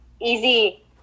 easy